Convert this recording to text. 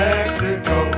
Mexico